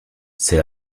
c’est